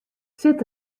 sit